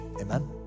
Amen